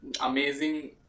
amazing